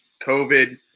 COVID